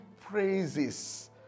praises